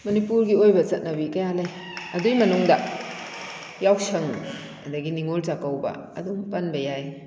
ꯃꯅꯤꯄꯨꯔꯒꯤ ꯑꯣꯏꯕ ꯆꯠꯅꯕꯤ ꯀꯌꯥ ꯂꯩ ꯑꯗꯨꯏ ꯃꯅꯨꯡꯗ ꯌꯥꯎꯁꯪ ꯑꯗꯒꯤ ꯅꯤꯉꯣꯜ ꯆꯥꯛꯀꯧꯕ ꯑꯗꯨꯝ ꯄꯟꯕ ꯌꯥꯏ